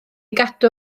gadw